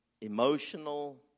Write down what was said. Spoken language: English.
emotional